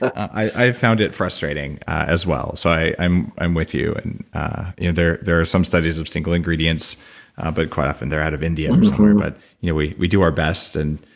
i found it frustrating as well. so i'm i'm with you, and you know there are some studies of single ingredients but quite often they're out of india or somewhere but you know we we do our best and